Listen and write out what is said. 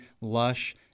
lush